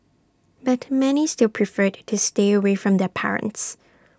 but many still preferred to stay away from their parents